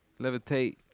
levitate